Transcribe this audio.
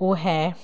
ਉਹ ਹੈ